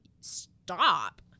stop